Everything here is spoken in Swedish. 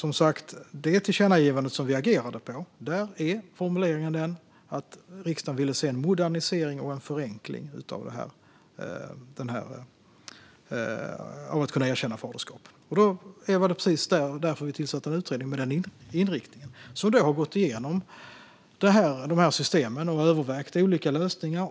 I det tillkännagivande vi agerade på är som sagt formuleringen att riksdagen ville se en modernisering och förenkling av möjligheten att erkänna faderskap. Det är precis därför vi tillsatte en utredning med den inriktningen, som alltså har gått igenom dessa system och övervägt olika lösningar.